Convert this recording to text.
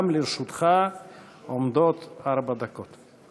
גם לרשותך עומדות ארבע דקות.